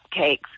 cupcakes